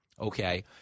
okay